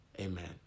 Amen